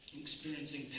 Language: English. experiencing